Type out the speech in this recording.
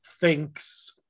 thinks